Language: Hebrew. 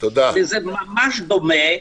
וזה ממש דומה,